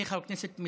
חבר הכנסת איזנקוט,